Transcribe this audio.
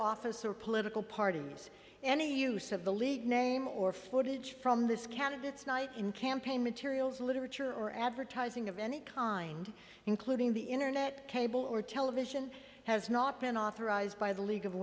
office or political parties any use of the league name or footage from this candidates night in campaign materials literature or advertising of any kind including the internet cable or television has not been authorized by the league of